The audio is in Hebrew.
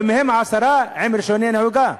ומהם עשרה עם רישיונות נהיגה,